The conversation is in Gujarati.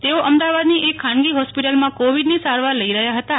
તેઓ અમદાવાદની એક ખાનગી ફોસ્પિટલમાં કોવિડની સારવાર લઈ રહ્યા હતાં